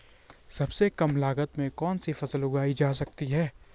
सबसे कम लागत में कौन सी फसल उगाई जा सकती है